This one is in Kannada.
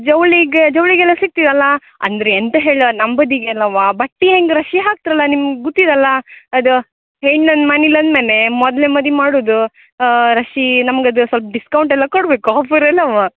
ಜವಳಿಗೆ ಜವಳಿಗೆ ಎಲ್ಲ ಸಿಕ್ತದಲ್ಲಾ ಅಂದರೆ ಎಂತ ಹೇಳೊ ನಂಬದಿಗೆಲ್ಲಾ ಬಟ್ಟು ಹೆಂಗೆ ರಶಿ ಹಾಕ್ತರ್ ಅಲ್ಲ ನಿಮ್ಗೆ ಗೊತ್ತಿದ್ ಅಲ್ಲ ಅದು ಹೆಣ್ಣಿನ್ ಮನೆಲ್ ಒಂದು ಮನೆ ಮೊದ್ಲು ಮದುವೆ ಮಾಡೋದು ರಶ್ಶೀ ನಮ್ಗೆ ಅದು ಸ್ವಲ್ಪ ಡಿಸ್ಕೌಂಟ್ ಎಲ್ಲ ಕೊಡಬೇಕು ಆಫರ್ ಎಲ್ಲ